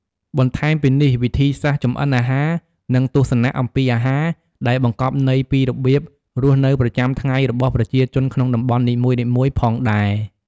បន្ថែមពីនេះ វិធីសាស្ត្រចម្អិនអាហារ និងទស្សនៈអំពីអាហារ ដែលបង្កប់ន័យពីរបៀបរស់នៅប្រចាំថ្ងៃរបស់ប្រជាជនក្នុងតំបន់នីមួយៗផងដែរ។